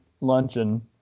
luncheon